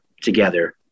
together